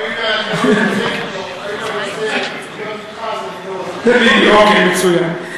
הואיל ואני רוצה להיות אתך, אוקיי, מצוין.